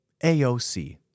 AOC